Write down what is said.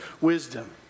wisdom